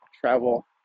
travel